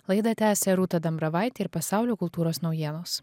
laidą tęsia rūta dambravaitė ir pasaulio kultūros naujienos